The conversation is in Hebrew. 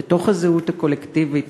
ובתוך הזהות הקולקטיבית,